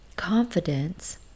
Confidence